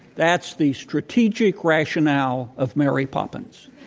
that's the strategic rationale of mary poppins.